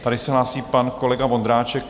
Tady se hlásí pan kolega Vondráček.